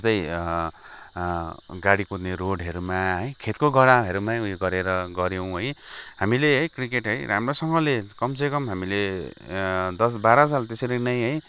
यस्तै गाडी कुद्ने रोडहरूमा है खेतकै गराहरूमा उयो गरेर गरयौँ है हामीले है क्रिकेट है राम्रोसँगले कमसेकम हामीले दस बाह्र साल त्यसरी नै है